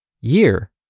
year